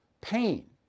pain